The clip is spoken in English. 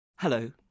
Hello